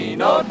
no